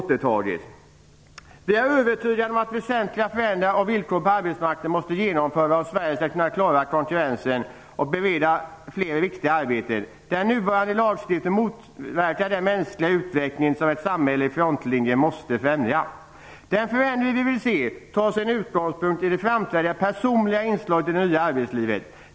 Jag är övertygad om att väsentliga förändringar av villkoren på arbetsmarknaden måste genomföras, om Sverige skall kunna klara konkurrensen och bereda fler riktiga arbeten. Den nuvarande lagstiftningen motverkar den mänskliga utveckling som ett samhälle i frontlinjen måste främja. Den förändring som vi vill se tar sin utgångspunkt i det framträdande personliga inslaget i det nya arbetslivet.